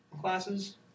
classes